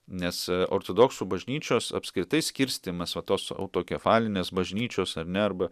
nes ortodoksų bažnyčios apskritai skirstymas va tos autokefalinės bažnyčios ar ne arba